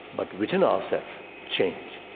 but within ourselves change.